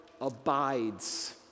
abides